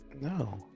No